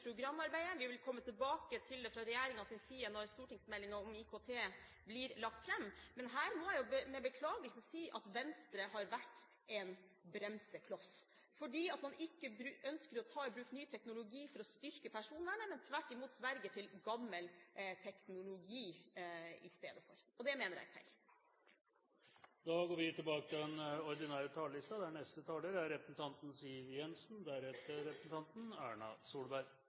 programarbeidet. Vi vil komme tilbake til det fra regjeringens side når stortingsmeldingen om IKT blir lagt fram. Men her må jeg jo med beklagelse si at Venstre har vært en bremsekloss fordi man ikke ønsker å ta i bruk ny teknologi for å styrke personvernet, men tvert imot sverger til gammel teknologi. Og det mener jeg er feil. Replikkordskiftet er omme. Årets trontale åpnet med budskapet: «Regjeringens mål er å gi mennesker i Norge frihet og trygghet». Det er Fremskrittspartiet enig i, men vi er neppe enige om hva det